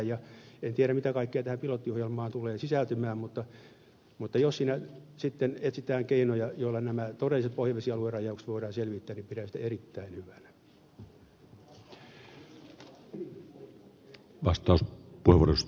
en tiedä mitä kaikkea tähän pilottiohjelmaan tulee sisältymään mutta jos siinä sitten etsitään keinoja joilla nämä todelliset pohjavesialuerajaukset voidaan selvittää niin pidän sitä erittäin hyvänä